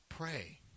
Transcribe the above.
pray